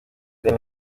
deni